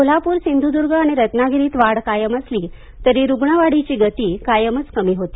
कोल्हापूर सिंधुदूर्ग आणि रत्नागिरीत वाढ कायम असली तरी रुग्णवाढीची गती कायमच कमी होती